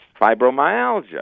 fibromyalgia